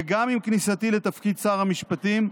וגם עם כניסתי לתפקיד שר המשפטים,